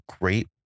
great